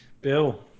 Bill